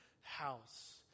house